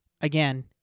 again